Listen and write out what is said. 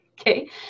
okay